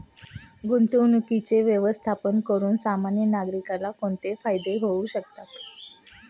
गुंतवणुकीचे व्यवस्थापन करून सामान्य नागरिकाला कोणते फायदे होऊ शकतात?